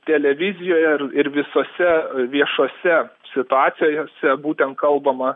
televizijoje ir visose viešose situacijose būtent kalbama